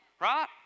Right